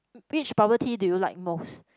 which bubble tea did you like most